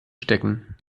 stecken